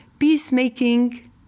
Peacemaking